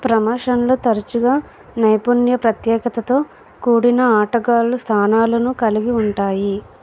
ప్రమోషన్లు తరచుగా నైపుణ్య ప్రత్యేకతతో కూడిన ఆటగాళ్ళ స్థానాలను కలిగి ఉంటాయి